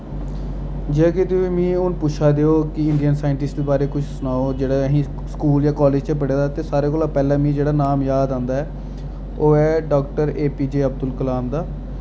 जि'यां कि तुस मिगी हून पुच्छा दे ओ कि इंडियन साइंटिस्ट दे बारे च किश सनाओ जेह्ड़े असीं स्कूल जां कालेज च पढ़े दा ते सारें कोला पैह्लें मी जेह्ड़ा नाम याद औंदा ऐ ओह् ऐ डाक्टर एपीजे अब्दुल कलाम दा